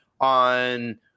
on